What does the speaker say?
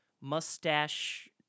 mustache